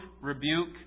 rebuke